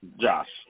Josh